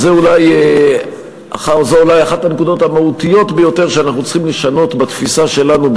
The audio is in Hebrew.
וזו אולי אחת הנקודות המהותיות ביותר שאנחנו צריכים לשנות בתפיסה שלנו,